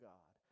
God